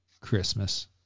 Christmas